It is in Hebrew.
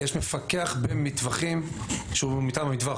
כי יש מפקח במטווחים שהוא מטעם המטווח,